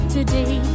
Today